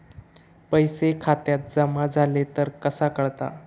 पैसे खात्यात जमा झाले तर कसा कळता?